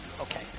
Okay